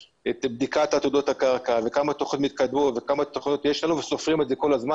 בדיקת עתודות הקרקע וכמה תכניות יש לנו וסופרים את זה כל הזמן,